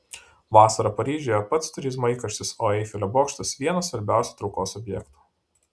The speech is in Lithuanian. vasarą paryžiuje pats turizmo įkarštis o eifelio bokštas vienas svarbiausių traukos objektų